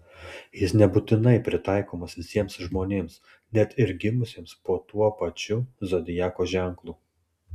jis nebūtinai pritaikomas visiems žmonėms net ir gimusiems po tuo pačiu zodiako ženklu